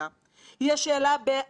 ואפילו לא את מבנה ההון שלהם,